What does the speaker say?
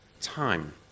time